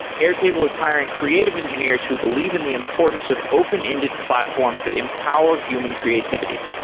airtable is hiring creative engineers who believe in the importance of open-ended platforms that empower human creativity.